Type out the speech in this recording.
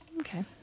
Okay